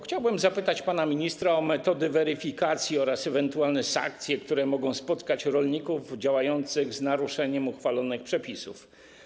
Chciałbym zapytać pana ministra o metody weryfikacji oraz ewentualne sankcje, które mogą spotkać rolników działających z naruszeniem uchwalonych przepisów.